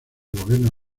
gobierno